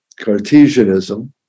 Cartesianism